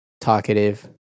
talkative